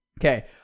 Okay